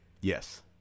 Yes